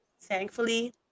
thankfully